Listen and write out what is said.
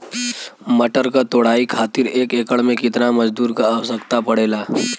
मटर क तोड़ाई खातीर एक एकड़ में कितना मजदूर क आवश्यकता पड़ेला?